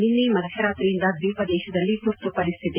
ನಿನ್ನೆ ಮಧ್ಯರಾತ್ರಿಯಿಂದ ದ್ವೀಪ ದೇಶದಲ್ಲಿ ತುರ್ತು ಪರಿಸ್ಥಿತಿ